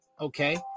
okay